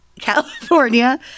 california